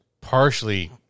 partially